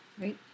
right